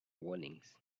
warnings